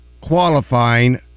qualifying